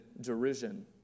derision